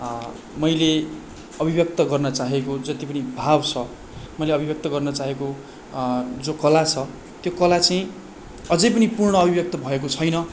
मैले अभिव्यक्त गर्न चाहेको जति पनि भाव छ मैले अभिव्यक्त गर्न चाहेको जो कला छ त्यो कला चाहिँ अझै पनि पूर्ण अभिव्यक्त भएको छैन